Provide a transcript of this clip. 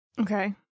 Okay